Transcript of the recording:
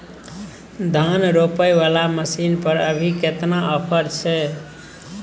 धान रोपय वाला मसीन पर अभी केतना ऑफर छै?